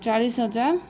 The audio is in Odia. ଚାଳିଶି ହଜାର